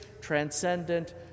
transcendent